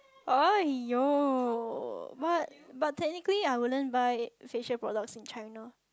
!aiyo! but but technically I wouldn't buy facial product in China